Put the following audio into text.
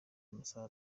y’amasaha